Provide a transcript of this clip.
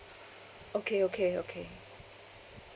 okay okay okay